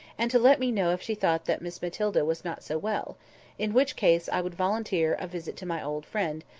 and to let me know if she thought that miss matilda was not so well in which case i would volunteer a visit to my old friend,